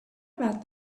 about